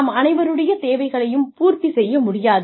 நாம் அனைவருடைய தேவைகளையும் பூர்த்தி செய்ய முடியாது